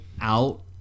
out